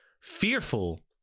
fearful